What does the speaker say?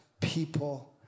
people